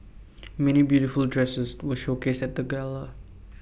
many beautiful dresses were showcased at the gala